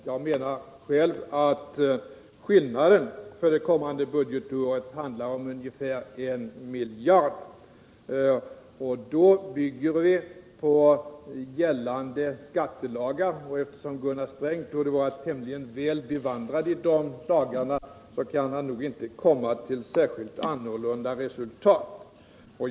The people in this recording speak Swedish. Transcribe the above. Själv anser jag att skillnaden för det kommande budgetåret rör sig om ungefär 1 miljard kronor. Då bygger jag på gällande skatteregler. Eftersom Gunnar Sträng torde vara tämligen väl bevandrad i de lagarna, kan han nog inte komma till ett särskilt annorlunda resultat.